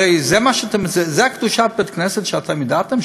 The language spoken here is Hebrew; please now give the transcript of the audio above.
זאת קדושת בית-כנסת שאתם ידעתם,